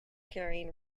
carrying